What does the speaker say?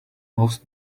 most